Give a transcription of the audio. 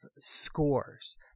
scores